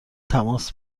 تماس